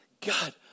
God